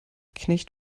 knecht